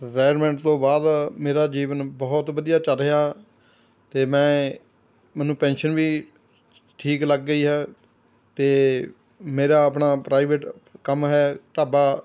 retirement ਤੋਂ ਬਾਅਦ ਮੇਰਾ ਜੀਵਨ ਬਹੁਤ ਵਧੀਆ ਚੱਲ ਰਿਹਾ ਅਤੇ ਮੈਂ ਮੈਨੂੰ ਪੈਨਸ਼ਨ ਵੀ ਠੀਕ ਲੱਗ ਗਈ ਹੈ ਅਤੇ ਮੇਰਾ ਆਪਣਾ ਪ੍ਰਾਈਵੇਟ ਕੰਮ ਹੈ ਢਾਬਾ